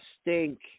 stink